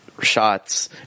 shots